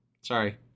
Sorry